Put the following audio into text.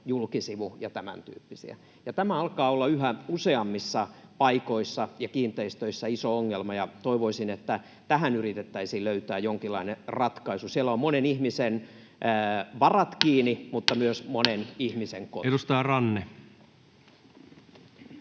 julkisivuremontteja ja tämäntyyppisiä — ja tämä alkaa olla yhä useammissa paikoissa ja kiinteistöissä iso ongelma. Toivoisin, että tähän yritettäisiin löytää jonkinlainen ratkaisu. Siellä ovat monen ihmisen varat kiinni, mutta siellä on myös monen ihmisen koti. [Speech 28]